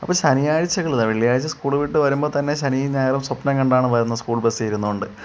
അപ്പം ശനിയാഴ്ചകൾ വെള്ളിയാഴ്ച സ്കൂള് വിട്ട് വരുമ്പത്തന്നെ ശനിയും ഞായറും സ്വപ്നം കണ്ടാണ് വരുന്നത് സ്കൂൾ ബെസ്സിലിരുന്നോണ്ട്